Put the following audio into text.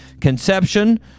Conception